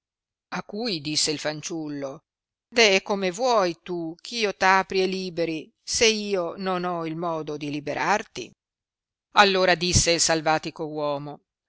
a cui disse il fanciullo deh come vuoi tu ch'io t apri e liberi se io non ho il modo di liberarti allora disse il salvatico uomo